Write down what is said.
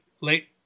late